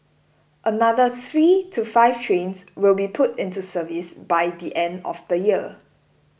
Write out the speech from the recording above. another three to five trains will be put into service by the end of the year